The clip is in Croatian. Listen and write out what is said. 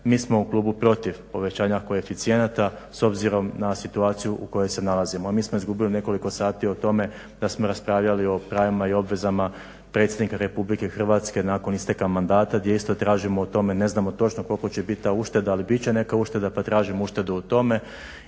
Mi smo u klubu protiv povećanja koeficijenata s obzirom na situaciju u kojoj se nalazimo. A mi smo izgubili nekoliko sati o tome da smo raspravljali o pravima i obvezama predsjednika RH nakon isteka mandata gdje isto tražimo o tome, ne znamo točno koliko će biti ta ušteda ali bit će neka ušteda pa tražim uštedu o tome.